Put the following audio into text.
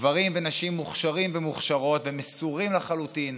גברים ונשים מוכשרים ומוכשרות ומסורים לחלוטין,